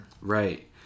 right